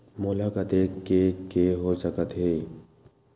मोला कतेक के के हो सकत हे?